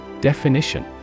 Definition